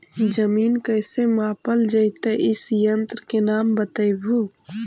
जमीन कैसे मापल जयतय इस यन्त्र के नाम बतयबु?